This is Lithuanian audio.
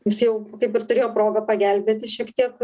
jis jau kaip ir turėjo progą pagelbėti šiek tiek